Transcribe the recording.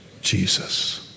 Jesus